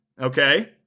okay